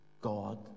God